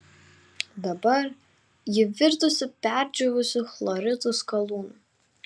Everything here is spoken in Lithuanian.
dabar ji virtusi perdžiūvusiu chloritų skalūnu